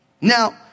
Now